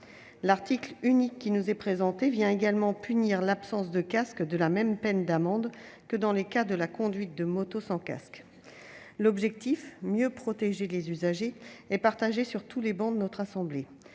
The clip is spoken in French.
L'article unique qui nous est présenté vient également punir l'absence de casque de la même peine d'amende que dans le cas d'une conduite de moto sans casque. L'objectif- mieux protéger les usagers -est partagé sur toutes les travées de notre assemblée.